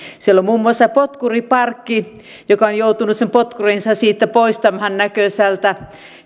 siellä on muun muassa potkuriparkki joka on joutunut sen potkurinsa poistamaan näkösältä